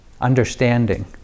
understanding